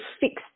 fixed